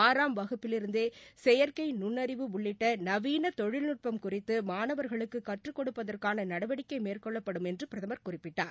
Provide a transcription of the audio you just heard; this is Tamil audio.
ஆறாம் வகுப்பிலிருந்தே செயற்கை நுண்ணறிவு உள்ளிட்ட நவீன தொழில்நுட்பம் குறித்து மாணவர்களுக்கு கற்றுக் கொடுப்பதற்கான நடவடிக்கை மேற்கொள்ளப்படும் என்று பிரதம் குறிப்பிட்டார்